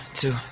two